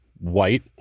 white